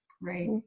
Right